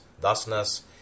thusness